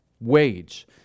wage